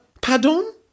Pardon